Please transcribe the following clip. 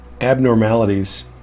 abnormalities